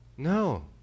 No